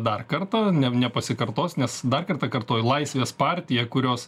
dar kartą ne nepasikartos nes dar kartą kartoju laisvės partija kurios